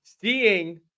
seeing